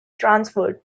transferred